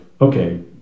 okay